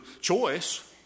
choice